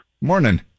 Morning